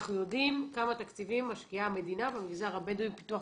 אנחנו יודעים כמה תקציבים משקיעה המדינה במגזר הבדואי בפיתוח,